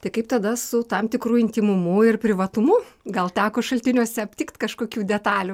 tai kaip tada su tam tikru intymumu ir privatumu gal teko šaltiniuose aptikt kažkokių detalių